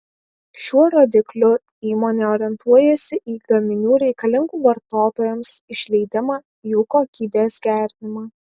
šiuo rodikliu įmonė orientuojasi į gaminių reikalingų vartotojams išleidimą jų kokybės gerinimą